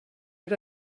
yet